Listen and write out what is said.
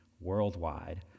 worldwide